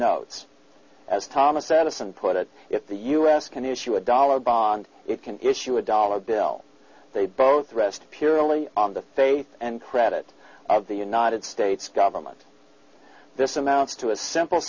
notes as thomas edison put it if the u s can issue a dollar bond it can issue a dollar bill they both rest purely on the faith and credit of the united states government this amounts to a simple